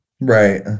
Right